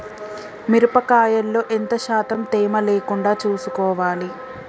మిరప కాయల్లో ఎంత శాతం తేమ లేకుండా చూసుకోవాలి?